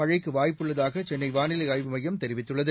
மழைக்கு வாய்ப்புள்ளதாக சென்னை வானிலை ஆய்வு மையம் தெரிவித்துள்ளது